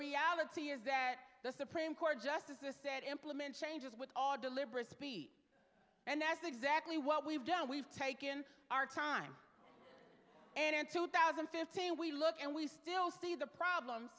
reality is that the supreme court justices said implement changes with all deliberate speed and that's exactly what we've done we've taken our time and in two thousand and fifteen we look and we still see the problem